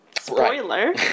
Spoiler